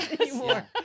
anymore